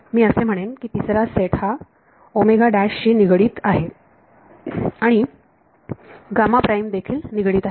मी असे म्हणेन की तिसरा सेट हा शी निगडित आहे आणि देखील निगडित आहे